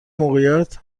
موقعیت